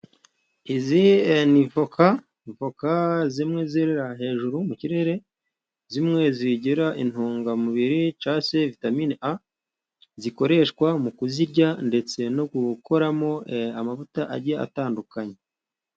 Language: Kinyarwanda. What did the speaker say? Izi ni voka, voka zimwe zerera hejuru mu kirere, zimwe zigira intungamubiri cyangwa se vitamini A, zikoreshwa mu kuzirya ndetse no gukoramo amavuta agiye atandukanye.